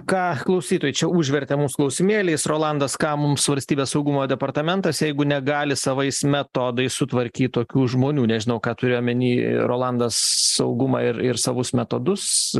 ką klausytojai čia užvertė mus klausimėliais rolandas ką mums valstybės saugumo departamentas jeigu negali savais metodais sutvarkyt tokių žmonių nežinau ką turi omeny rolandas saugumą ir ir savus metodus